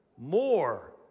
more